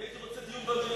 אני הייתי רוצה דיון במליאה,